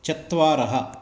चत्वारः